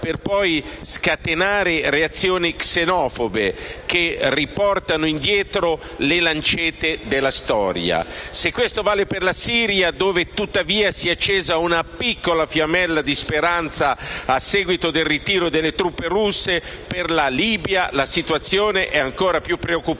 per poi scatenare reazioni xenofobe, che riportano indietro le lancette della storia. Se questo vale per la Siria, dove tuttavia si è accesa una piccola fiammella di speranza a seguito del ritiro delle truppe russe, per la Libia la situazione è ancora più preoccupante.